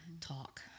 talk